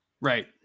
Right